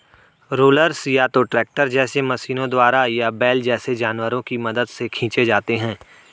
rollers या तो tractor जैसे मशीनों द्वारा या बैल जैसे जानवरों की मदद से खींचे जाते हैं